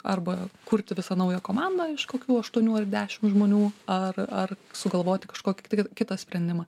arba kurti visą naują komandą iš kokių aštuonių ar dešim žmonių ar ar sugalvoti kažkokį kitą sprendimą